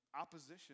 opposition